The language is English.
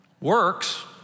Works